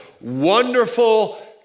Wonderful